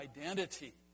identity